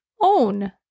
own